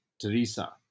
Teresa